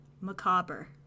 Macabre